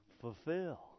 fulfill